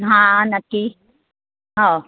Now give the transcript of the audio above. हां नक्की हो